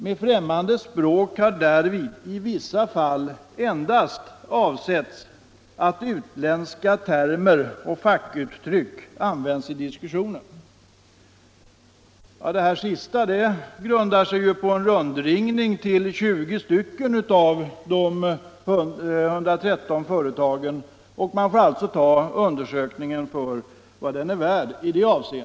Med främmande språk har därvid i vissa fall endast avsetts att utländska termer och fackuttryck använts i diskussionen.” Det där sista grundar-sig på en rundringning till 20 av de 113 företagen, och man får därför i det avseendet ta undersökningen för vad den kan vara värd.